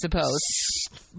suppose